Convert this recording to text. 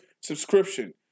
subscription